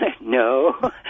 No